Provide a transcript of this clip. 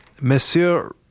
Monsieur